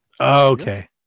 okay